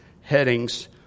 headings